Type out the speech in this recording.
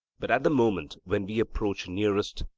but at the moment when we approach nearest,